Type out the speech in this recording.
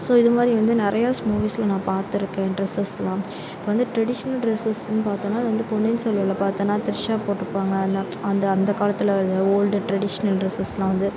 so இதுமாதிரி வந்து நிறையாஸ் மூவீஸில் நான் பார்த்துருக்கேன் டிரெஸஸ்லாம் இப்போ வந்து டிரெடிஷ்னல் டிரெஸஸ்ன்னு பார்த்தோம்னா அது வந்து பொன்னியின் செல்வனில் பார்த்தோனா திரிஷா போட்யிருப்பாங்க அந்த அந்த அந்த காலத்தில் உள்ள ஓல்டு டிரெடிஷ்னல் டிரெஸஸ்லாம் வந்து